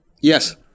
Yes